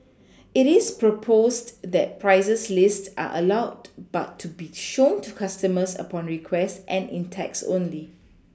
it is proposed that prices list are allowed but to be shown to customers upon request and in text only